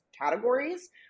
categories